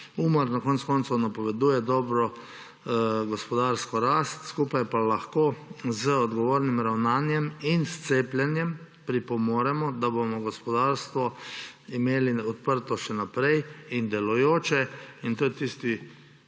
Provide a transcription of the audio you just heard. Umar na koncu koncev napoveduje dobro gospodarsko rast, skupaj pa lahko z odgovornim ravnanjem in s cepljenjem pripomoremo, da bomo gospodarstvo imeli odprto še naprej in delujoče, in to